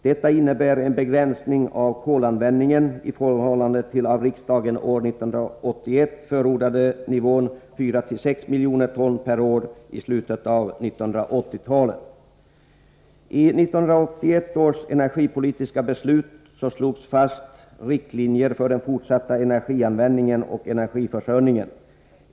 Detta innebär en begränsning av kolanvändningen i förhållande till den av riksdagen år 1981 förordade nivån 4-6 miljoner ton per år i slutet av 1980-talet. I 1981 års energipolitiska beslut slogs fast riktlinjer för den fortsatta energianvändningen och energiförsörjningen.